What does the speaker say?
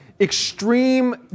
extreme